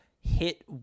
hit